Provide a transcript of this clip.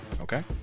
Okay